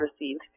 received